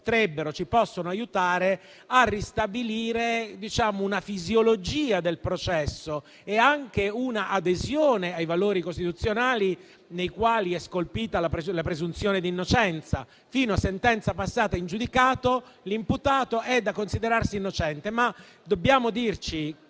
ci potrebbero aiutare a ristabilire una fisiologia del processo e anche un'adesione ai valori costituzionali, nei quali è scolpita la presunzione d'innocenza: fino a sentenza passata in giudicato, l'imputato è da considerarsi innocente. Dobbiamo però